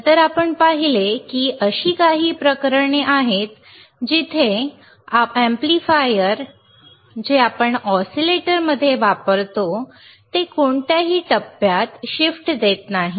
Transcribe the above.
मग आपण पाहिले आहे की अशी काही प्रकरणे आहेत जिथे तुमचे अॅम्प्लीफायर जे आपण ऑसीलेटरमध्ये वापरतो ते कोणत्याही टप्प्यात शिफ्ट देत नाहीत